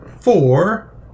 four